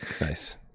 Nice